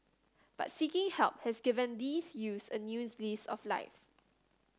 but seeking help has given these youths a new lease of life